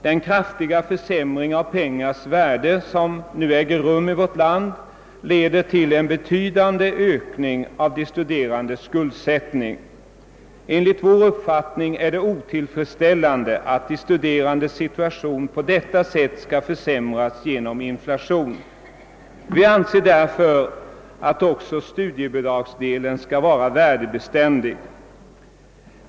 Den kraftiga försämring av pengars värde som nu äger rum i vårt land leder till en betydande ökning av de studerandes skuldsättning. Enligt reservanternas uppfattning är det otillfredsställande att de studerandes situation på detta sätt skall försämras genom inflationen. Vi anser därför att också studiebidragsdelen skall vara värdebeständig.